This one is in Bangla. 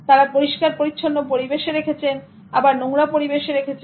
তারা পরিষ্কার পরিচ্ছন্ন পরিবেশে রেখেছে আবার নোংরা পরিবেশে রেখেছে